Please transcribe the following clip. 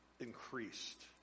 increased